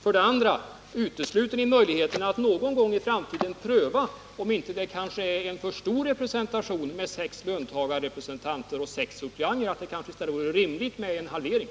För det andra: Utesluter ni möjligheten att någon gång i framtiden pröva om inte en representation med sex löntagarrepresentanter och sex suppleanter är för stor och om det kanske vore rimligt med en halvering?